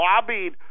lobbied